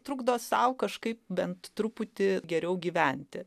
trukdo sau kažkaip bent truputį geriau gyventi